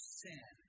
sin